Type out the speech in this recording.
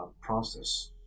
process